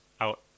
out